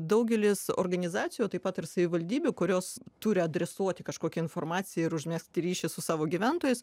daugelis organizacijų taip pat ir savivaldybių kurios turi adresuoti kažkokią informaciją ir užmegzti ryšį su savo gyventojais